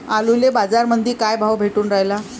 आलूले बाजारामंदी काय भाव भेटून रायला?